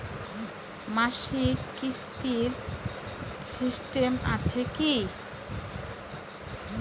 মাসিক কিস্তির সিস্টেম আছে কি?